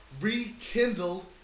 rekindled